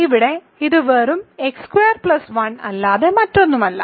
ഇവിടെ ഇത് വെറും x2 1 അല്ലാതെ മറ്റൊന്നുമല്ല